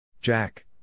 Jack